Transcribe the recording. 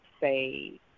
say